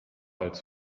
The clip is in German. als